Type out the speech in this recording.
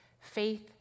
Faith